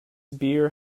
beer